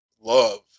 love